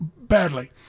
badly